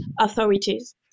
authorities